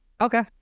Okay